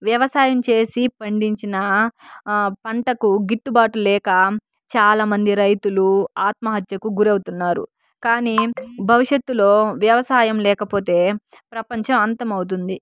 వ్యవసాయం చేసి పండించిన పంటకు గిట్టుబాటు లేక చాలామంది రైతులు ఆత్మహత్యకు గురవుతున్నారు కానీ భవిష్యత్తులో వ్యవసాయం లేకపోతే ప్రపంచం అంతమవుతుంది